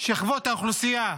שכבות האוכלוסייה.